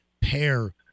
pair